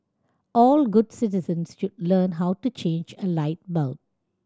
all good citizens should learn how to change a light bulb